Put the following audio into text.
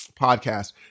podcast